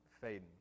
fading